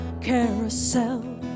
Carousel